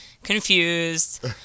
confused